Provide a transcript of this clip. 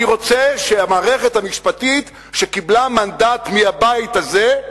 אני רוצה שהמערכת המשפטית, שקיבלה מנדט מהבית הזה,